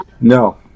No